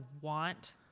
want